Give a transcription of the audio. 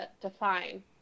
define